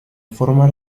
forma